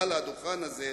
מעל לדוכן הזה.